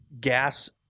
gas